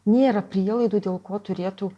nėra prielaidų dėl ko turėtų